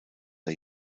der